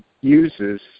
uses